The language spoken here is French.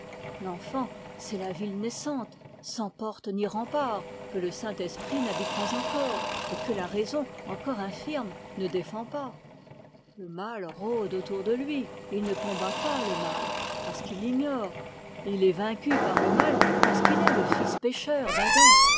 l'enfant c'est la ville naissante sans portes ni remparts que le saint-esprit n'habite pas encore et que la raison encore infirme ne défend pas le mal rôde autour de lui et il ne combat pas le mal parce qu'il l'ignore et il est vaincu par le mal parce qu'il est le fils pécheur